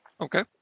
Okay